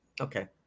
Okay